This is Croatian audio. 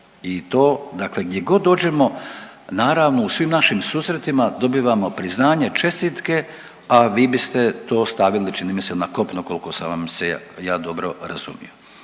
i to, dakle gdje god dođemo, naravno, u svim našim susretima dobivamo priznanje, čestitke, a vi biste to stavili, čini mi se, na kopno, koliko sam vam se ja dobro razumio,